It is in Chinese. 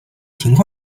情况